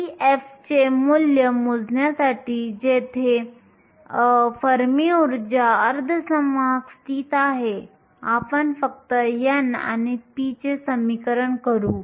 Ef चे मूल्य मोजण्यासाठी जेथे फर्मी ऊर्जा अर्धसंवाहक स्थित आहे आपण फक्त n आणि p चे समीकरण करू